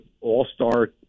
all-star